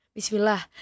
Bismillah